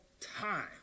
time